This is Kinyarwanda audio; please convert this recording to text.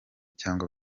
cyangwa